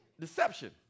deception